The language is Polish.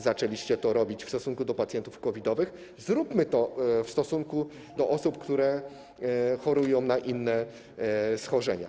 Zaczęliście to robić w stosunku do pacjentów COVID-owych, zróbmy to w stosunku do osób, które chorują na inne schorzenia.